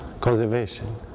Conservation